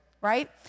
right